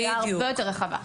סוגיה הרבה יותר רחבה.